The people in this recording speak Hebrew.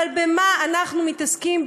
ובמה אנחנו מתעסקים?